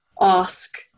ask